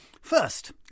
First